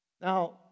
Now